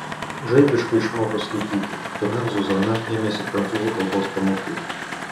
žaibiškai išmoko skaityti tuomet zuzana ėmėsi prancūzų kalbos pamokų